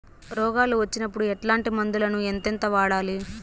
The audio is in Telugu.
రోగాలు వచ్చినప్పుడు ఎట్లాంటి మందులను ఎంతెంత వాడాలి?